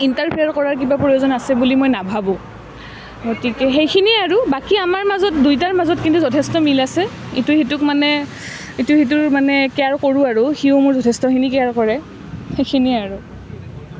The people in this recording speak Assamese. ইণ্টাৰ্ফেয়াৰ কৰাৰ কিবা প্ৰয়োজন আছে বুলি মই নাভাবোঁ গতিকে সেইখিনিয়ে আৰু বাকী আমাৰ মাজত দুইটাৰ মাজত কিন্তু যথেষ্ট মিল আছে ইটো সিটোক মানে ইটো সিটোৰ মানে কেয়াৰ কৰোঁ আৰু সিয়ো মোৰ যথেষ্টখিনি কেয়াৰ কৰে সেইখিনিয়ে আৰু